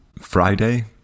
Friday